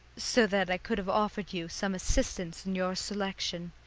so that i could have offered you some assistance in your selection.